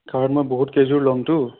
ধৰক মই বহুত কেইযোৰ ল'মতো